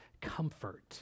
comfort